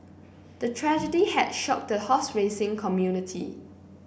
the tragedy had shocked the horse racing community